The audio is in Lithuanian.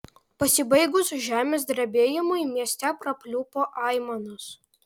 pasibaigus žemės drebėjimui mieste prapliupo aimanos